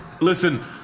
Listen